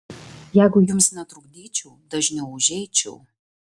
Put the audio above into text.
jeigu jums netrukdyčiau dažniau užeičiau